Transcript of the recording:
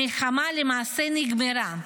המלחמה למעשה נגמרה.